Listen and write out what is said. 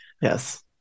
yes